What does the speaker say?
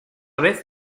vez